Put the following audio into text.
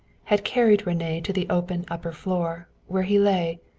had carried rene to the open upper floor, where he lay,